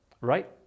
right